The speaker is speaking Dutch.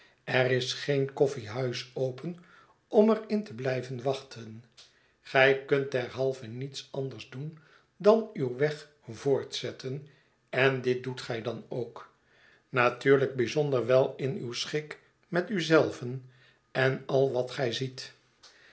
er is geen koffiehuis open om er in te blijven wachten gij kunt derhalve niets anders doen dan uw weg voortzetten enditdoet gij dan ook natuurlijk bijzonder wel in uw schik met u zelven en al wat gij ziet